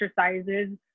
exercises